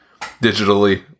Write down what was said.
digitally